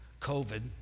COVID